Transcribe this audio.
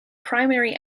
primary